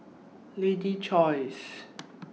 Lady's Choice